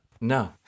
No